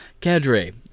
Cadre